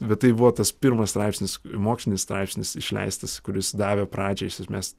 bet tai buvo tas pirmas straipsnis mokslinis straipsnis išleistas kuris davė pradžią iš esmės